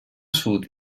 sud